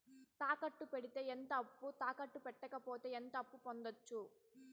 తాకట్టు పెడితే ఎంత అప్పు, తాకట్టు పెట్టకపోతే ఎంత అప్పు పొందొచ్చు?